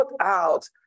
out